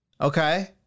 Okay